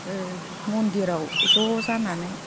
ओ मन्दिराव ज' जानानै